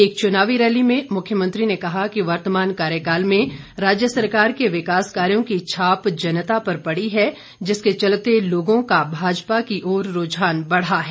एक चुनावी रैली में मुख्यमंत्री ने कहा कि वर्तमान कार्यकाल में राज्य सरकार के विकास कार्यो की छाप जनता पर पड़ी है जिसके चलते लोगों का भाजपा की ओर रूझान बढ़ा है